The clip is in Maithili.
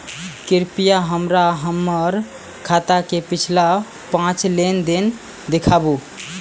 कृपया हमरा हमर खाता के पिछला पांच लेन देन दिखाबू